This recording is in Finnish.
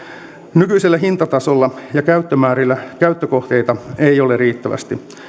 nykyisellä hintatasolla ja käyttömäärillä käyttökohteita ei ole riittävästi